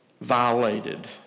violated